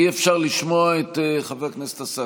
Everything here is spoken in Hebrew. אי-אפשר לשמוע את חבר הכנסת עסאקלה.